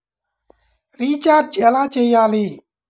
Recharge ఎలా చెయ్యాలి?